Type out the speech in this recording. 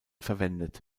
verwendet